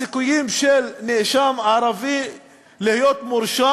הסיכויים של נאשם ערבי להיות מורשע